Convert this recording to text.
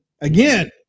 Again